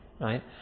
right